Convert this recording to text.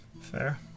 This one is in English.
Fair